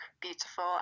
beautiful